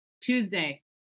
Tuesday